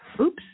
Oops